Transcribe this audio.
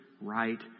right